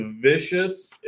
vicious